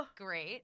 great